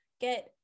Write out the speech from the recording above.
get